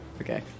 Okay